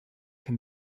can